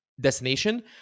destination